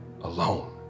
alone